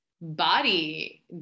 body